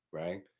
right